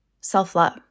self-love